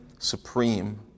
supreme